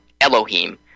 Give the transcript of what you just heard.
Elohim